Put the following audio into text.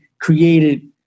created